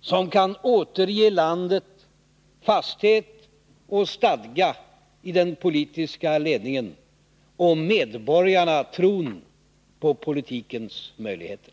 som kan återge landet fasthet och stadga i den politiska ledningen och medborgarna tron på politikens möjligheter.